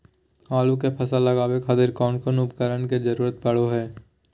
आलू के फसल लगावे खातिर कौन कौन उपकरण के जरूरत पढ़ो हाय?